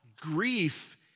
grief